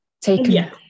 taken